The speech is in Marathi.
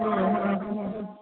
हं हं